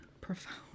Profound